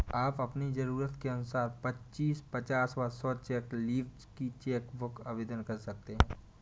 आप अपनी जरूरत के अनुसार पच्चीस, पचास व सौ चेक लीव्ज की चेक बुक आवेदन कर सकते हैं